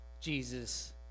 Jesus